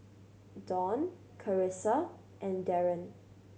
Dawne Carissa and Darryn